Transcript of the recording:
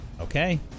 Okay